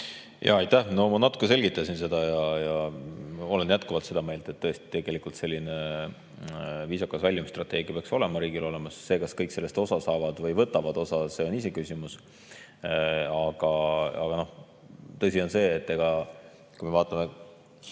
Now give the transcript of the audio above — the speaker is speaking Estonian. Aitäh! No ma natuke selgitasin seda ja olen jätkuvalt seda meelt, et tegelikult selline viisakas väljumisstrateegia peaks riigil olemas olema. See, kas kõik sellest osa saavad või osa võtavad, on iseküsimus. Tõsi on see, et kui me vaatame